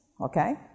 Okay